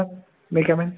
sir may come in